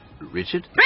Richard